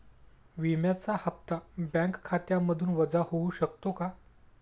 विम्याचा हप्ता बँक खात्यामधून वजा होऊ शकतो का?